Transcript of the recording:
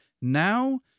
now